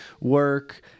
work